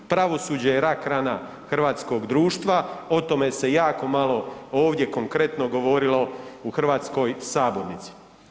Pravosuđe je rak rana hrvatskog društva, o tome se jako malo ovdje konkretno govorilo u hrvatskoj sabornici.